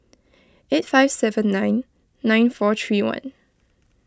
eight five seven nine nine four three one